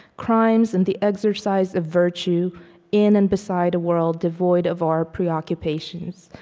crimes and the exercise of virtue in and beside a world devoid of our preoccupations,